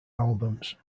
albums